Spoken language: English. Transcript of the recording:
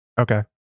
Okay